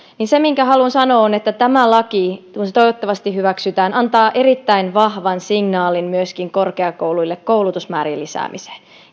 se minkä haluan sanoa on se että tämä laki kun se toivottavasti hyväksytään antaa erittäin vahvan signaalin myöskin korkeakouluille koulutusmäärien lisäämisestä